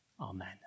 Amen